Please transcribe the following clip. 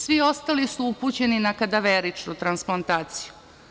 Svi ostali su upućeni na kadaveričnu transplantaciju.